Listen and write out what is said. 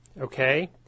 okay